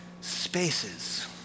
spaces